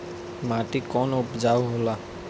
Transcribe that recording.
माटी कौन उपजाऊ होला?